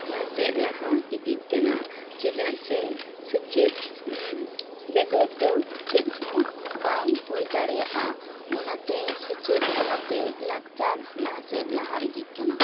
ᱞᱟᱦᱟ ᱥᱮᱫ ᱞᱟᱦᱟ ᱤᱫᱤᱜ ᱠᱟᱱᱟ ᱪᱮᱫᱟᱜ ᱥᱮᱪᱮᱫ ᱵᱮᱜᱚᱨ ᱫᱚ ᱪᱮᱫ ᱦᱚᱸ ᱵᱟᱝ ᱦᱩᱭ ᱫᱟᱲᱮᱭᱟᱜᱼᱟ ᱚᱱᱟᱛᱮ ᱥᱮᱪᱮᱫ ᱛᱟᱞᱟᱛᱮ ᱞᱟᱠᱪᱟᱨ ᱞᱟᱦᱟ ᱥᱮᱫ ᱞᱟᱦᱟ ᱤᱫᱤᱜ ᱠᱟᱱᱟ